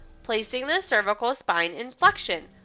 placing the cervical spine in flexion,